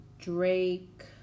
Drake